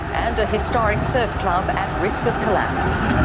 and historic surf club at risk of collapse.